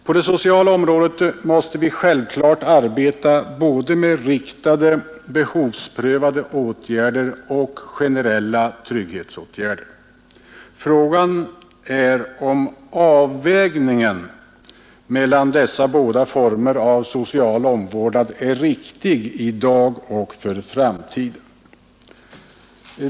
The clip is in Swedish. På det sociala området måste vi självklart arbeta både med riktade behovsprövade åtgärder och med generella trygghetsatgärder. Frågan är om avvägningen mellan dessa båda former av social omvårdnad är riktig i dag och för framtiden.